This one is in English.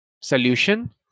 solution